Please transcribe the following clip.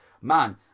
man